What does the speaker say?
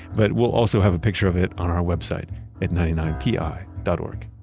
but we'll also have a picture of it on our website at ninety nine pi dot org.